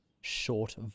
short